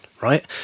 right